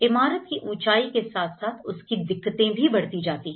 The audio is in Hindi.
इमारत की ऊंचाई के साथ साथ उसकी दिक्कतें भी बढ़ती जाती है